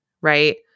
Right